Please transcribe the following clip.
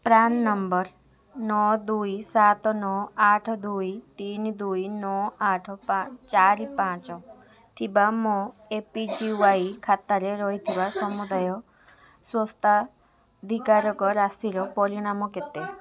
PRAN number ନଅ ଦୁଇ ସାତ ନଅ ଆଠ ଦୁଇ ତିନି ଦୁଇ ନଅ ଆଠ ଚାରି ପାଞ୍ଚ ଥିବା ମୋ ଏ ପି ୱାଇ୍ ଖାତାରେ ରହିଥିବା ସମୁଦାୟ ସ୍ୱତ୍ୱାଧିକାର ରାଶିର ପରିମାଣ କେତେ